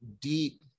deep